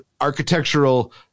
architectural